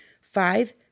five